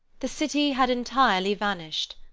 the city had entirely vanished.